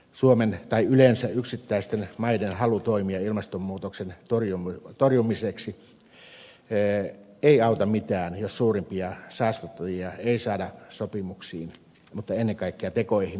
suomen tai yleensä yksittäisten maiden halu toimia ilmastonmuutoksen torjumiseksi ei auta mitään jos suurimpia saastuttajia ei saada sopimuksiin mutta ennen kaikkea tekoihin mukaan